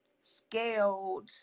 scaled